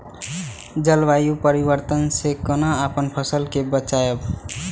जलवायु परिवर्तन से कोना अपन फसल कै बचायब?